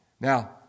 Now